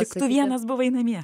tik tu vienas buvai namie